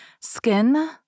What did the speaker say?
Skin